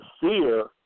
fear